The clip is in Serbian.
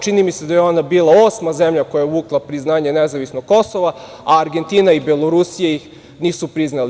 Čini mi se da je ona bila osma zemlja koja je povukla priznanje nezavisnog Kosova, a Argentina i Belorusija ih nisu priznali.